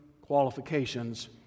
qualifications